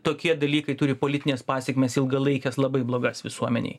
tokie dalykai turi politines pasekmes ilgalaikes labai blogas visuomenėj